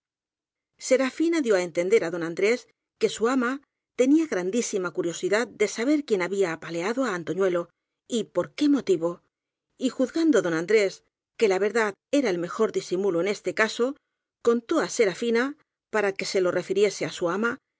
ángeles serafina dió á entender á don andrés que su ama tenía grandísima curiosidad de saber quién había apaleado á antoñuelo y por qué motivo y juzgando don andrés que la verdad era el mejor disimulo en este caso contó á serafina para que se lo refiriese á su ama